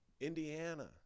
indiana